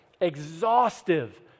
exhaustive